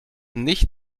nicht